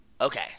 Okay